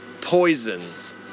poisons